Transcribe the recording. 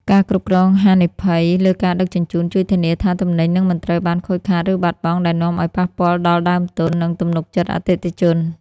ការគ្រប់គ្រងហានិភ័យ លើការដឹកជញ្ជូន ជួយធានាថាទំនិញនឹងមិនត្រូវបានខូចខាត ឬបាត់បង់ ដែលនាំឱ្យប៉ះពាល់ដល់ដើមទុន និងទំនុកចិត្តអតិថិជន។